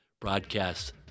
Broadcast